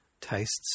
tastes